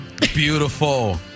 Beautiful